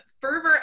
fervor